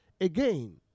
Again